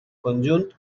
conjunt